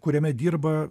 kuriame dirba